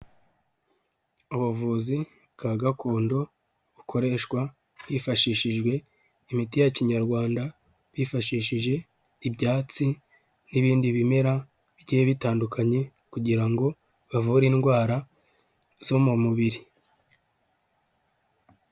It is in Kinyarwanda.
Ubuvuzi bwa gakondo, bukoreshwa hifashishijwe imiti ya kinyarwanda, bifashishije ibyatsi n'ibindi bimera bigiye bitandukanye kugira ngo bavure indwara zo mu mubiri.